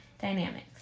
dynamics